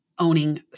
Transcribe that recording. owning